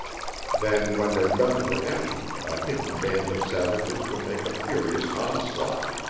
then when their guns were empty a hidden band of savages would make a furious onslaught.